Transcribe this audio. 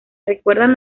recuerdan